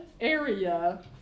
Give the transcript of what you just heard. area